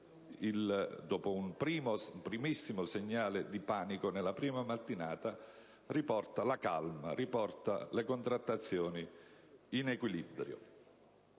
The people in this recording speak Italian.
dopo un primissimo segnale di panico nella prima mattinata, riporta la calma nei mercati e le contrattazioni in equilibrio.